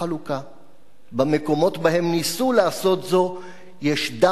במקומות שבהם ניסו לעשות זאת יש דם, דמעות